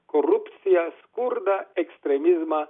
korupciją skurdą ekstremizmą